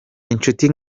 inshuti